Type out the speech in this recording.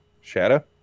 Shadow